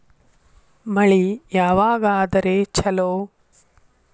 ಮಳಿ ಯಾವಾಗ ಆದರೆ ಛಲೋ?